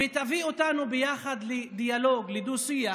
ותביא אותנו ביחד לדיאלוג, לדו-שיח,